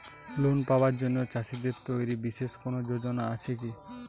Loan পাবার জন্য চাষীদের জন্য তৈরি বিশেষ কোনো যোজনা আছে কি?